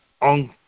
on